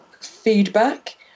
feedback